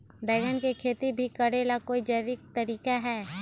बैंगन के खेती भी करे ला का कोई जैविक तरीका है?